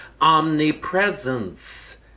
omnipresence